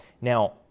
Now